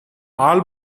all